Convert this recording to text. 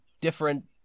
different